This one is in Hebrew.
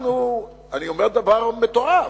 אנחנו, אני אומר דבר מטורף,